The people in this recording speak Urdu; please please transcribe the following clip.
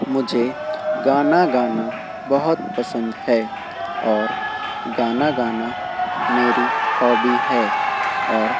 مجھے گانا گانا بہت پسند ہے اور گانا گانا میری ہابی ہے اور